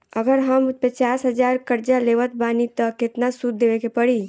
अगर हम पचास हज़ार कर्जा लेवत बानी त केतना सूद देवे के पड़ी?